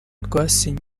rwasine